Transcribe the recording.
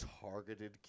targeted